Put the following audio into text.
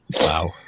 Wow